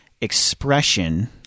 expression